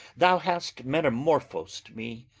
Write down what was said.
thou hast metamorphis'd me,